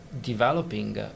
developing